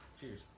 Cheers